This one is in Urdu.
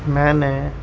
میں نے